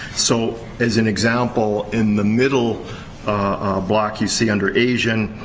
so, as an example, in the middle block, you see, under asian,